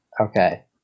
okay